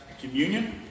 communion